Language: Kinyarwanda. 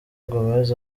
gomez